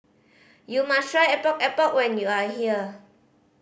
you must try Epok Epok when you are here